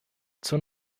zur